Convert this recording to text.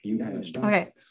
Okay